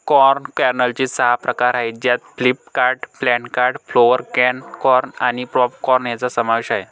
corn कर्नलचे सहा प्रकार आहेत ज्यात flint corn, pod corn, flour corn आणि पॉप कॉर्न यांचा समावेश आहे